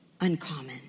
uncommon